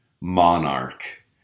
monarch